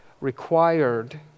required